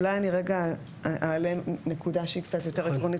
אולי אני רגע אעלה נקודה שהיא קצת יותר עקרונית